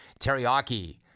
Teriyaki